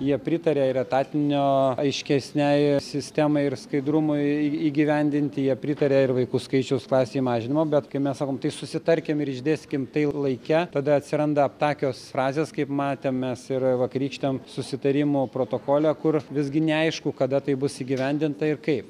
jie pritaria ir etatinio aiškesnei sistemai ir skaidrumui įgyvendinti jie pritaria ir vaikų skaičiaus klasėje mažinimui bet kai mes sakom tai susitarkim ir išdėstykim tai laike tada atsiranda aptakios frazės kaip matėm mes ir vakarykščiam susitarimų protokole kur visgi neaišku kada tai bus įgyvendinta ir kaip